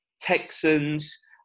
Texans